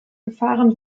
gefahren